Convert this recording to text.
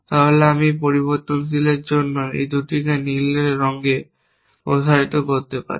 তাহলে আমি এই পরিবর্তনশীলের জন্য এই দুটি নীলকে প্রসারিত করতে পারি